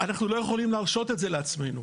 אנחנו לא יכולים להרשות את זה לעצמנו,